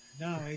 No